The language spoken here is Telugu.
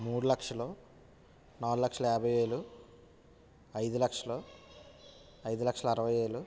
మూడు లక్షలు నాలుగు లక్షల యాభై వేలు ఐదు లక్షలు ఐదు లక్షల అరవై వేలు